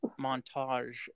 montage